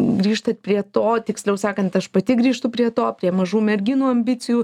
grįžtat prie to tiksliau sakant aš pati grįžtu prie to prie mažų merginų ambicijų